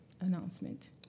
announcement